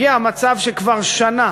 הגיע מצב שכבר שנה